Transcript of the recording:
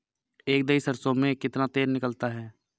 एक दही सरसों में कितना तेल निकलता है?